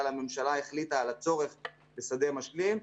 הממשלה החליטה על הצורך בשדה משלים,